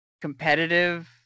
competitive